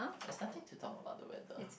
there's nothing to talk about the weather